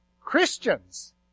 Christians